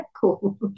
Cool